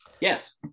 Yes